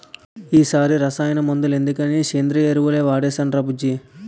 ఈ సారి రసాయన మందులెందుకని సేంద్రియ ఎరువులే వాడేనురా బుజ్జీ